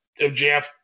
MJF